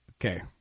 Okay